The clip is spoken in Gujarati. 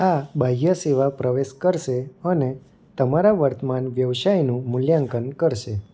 આ બાહ્ય સેવા પ્રવેશ કરશે અને તમારા વર્તમાન વ્યવસાયનું મૂલ્યાંકન કરશે